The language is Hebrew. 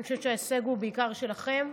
אני חושבת שההישג הוא בעיקר שלכם.